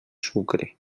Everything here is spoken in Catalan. sucre